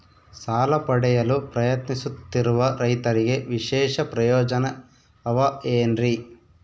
ಸಾಲ ಪಡೆಯಲು ಪ್ರಯತ್ನಿಸುತ್ತಿರುವ ರೈತರಿಗೆ ವಿಶೇಷ ಪ್ರಯೋಜನ ಅವ ಏನ್ರಿ?